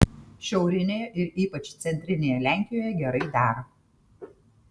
šiaurinėje ir ypač centrinėje lenkijoje gerai dera